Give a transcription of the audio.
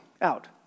out